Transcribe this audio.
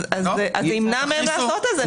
אז זה ימנע מהם לעשות את זה.